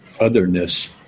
otherness